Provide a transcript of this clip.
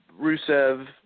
Rusev